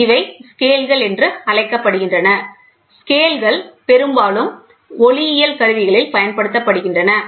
இவை ஸ்கேல்கள் என்று அழைக்கப்படுகின்றன ஸ்கேல்கள் பெரும்பாலும் ஒளியியல் கருவிகளில் பயன்படுத்தப்படுகின்றன